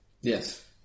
Yes